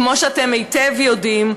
כמו שאתם היטב יודעים,